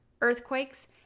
earthquakes